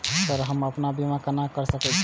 Sir हमू अपना बीमा केना कर सके छी?